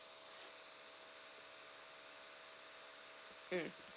mm